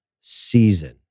season